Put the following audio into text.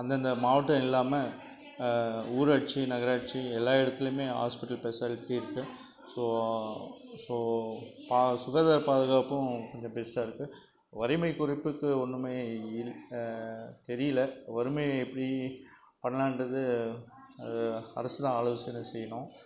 அந்தந்த மாவட்டம் இல்லாமல் ஊராட்சி நகராட்சி எல்லா எடத்லேயுமே ஆஸ்பிட்டல் பெசாலிட்டி இருக்கு ஸோ ஸோ சுகாதார பாதுகாப்பும் கொஞ்சம் பெஸ்ட்டாக இருக்கு வறுமை குறிப்புக்கு ஒன்றுமே இல்லை தெரியல வறுமை எப்படி பண்ணலான்றது அரசுதான் ஆலோசனை செய்யணும்